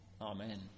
Amen